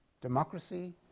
democracy